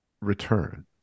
return